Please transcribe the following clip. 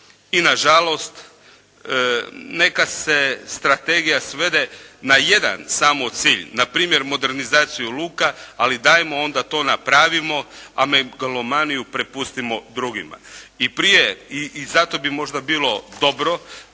i nažalost nekad se strategija svede na jedan samo cilj, npr. modernizaciju luka ali dajmo onda to napravimo, a megalomaniju prepustimo drugima. I zato bi možda bilo dobro